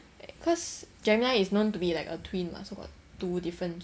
um cause gemini is known to be like a twin mah so it's like got two different